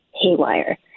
haywire